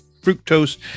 fructose